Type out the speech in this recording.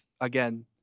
again